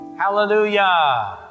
Hallelujah